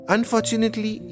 Unfortunately